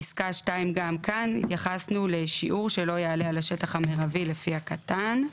פסקה 2 גם כאן התייחסנו לשיעור שלא יעלה השטח המירבי לפי הקטן,